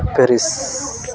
Paris